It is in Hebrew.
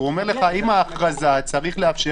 הוא אומר לך שעם ההכרזה צריך לאפשר